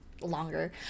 longer